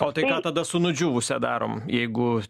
o tai ką tada su nudžiūvusia darom jeigu